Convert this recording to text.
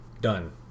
done